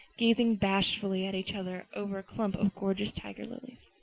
gazing bashfully at each other over a clump of gorgeous tiger lilies.